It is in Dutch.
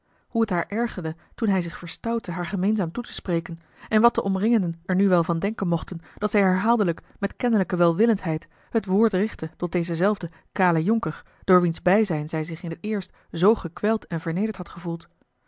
hoe het haar ergerde toen hij zich verstoutte haar gemeenzaam toe te spreken en wat de omringenden er nu wel van denken mochten dat zij herhaaldelijk met kennelijke welwillendheid het woord richtte tot dezen zelfden kalen jonker door wiens bijzijn zij zich in t eerst zoo gekweld en vernederd had gevoeld